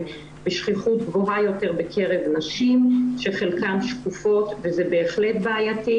בשכיחות גבוהה יותר בקרב נשים שחלקן שקופות וזה בהחלט בעייתי,